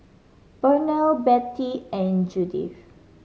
Pernell Betty and Judyth